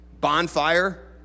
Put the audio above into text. bonfire